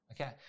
okay